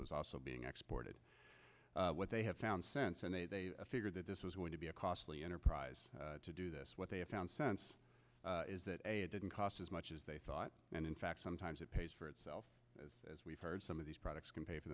was also being exported what they have found sense and they figured that this was going to be a costly enterprise to do this what they found sense is that it didn't cost as much as they thought and in fact sometimes it pays for itself as we've heard some of these products can pay for